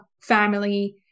family